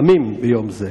זה,